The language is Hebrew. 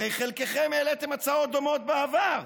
הרי חלקכם העליתם הצעות דומות בעבר,